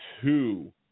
two